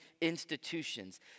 institutions